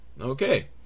okay